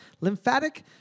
lymphatic